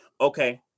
okay